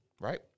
right